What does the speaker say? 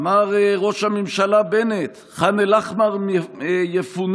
אמר ראש הממשלה בנט: ח'אן אל-אחמר יפונה.